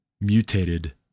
mutated